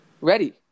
Ready